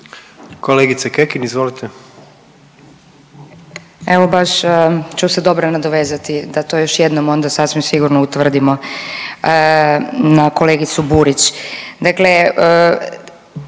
**Kekin, Ivana (NL)** Evo baš ću se dobro nadovezati da to još jednom onda sasvim sigurno utvrdimo na kolegicu Burić. Dakle,